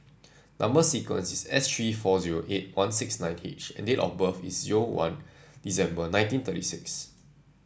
number sequence is S three four zero eight one six nine H and date of birth is one December nineteen thirty six